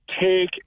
take